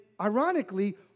ironically